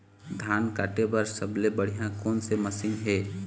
धान काटे बर सबले बढ़िया कोन से मशीन हे?